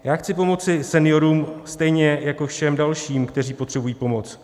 Já chci pomoci seniorům stejně jako všem dalším, kteří potřebují pomoc.